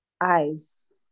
Eyes